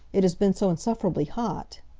it has been so insufferably hot.